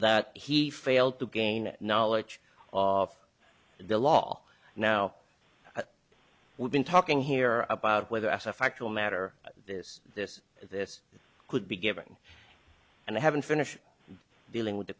that he failed to gain knowledge of the law now we've been talking here about whether as a factual matter this this this could be given and i haven't finished dealing with the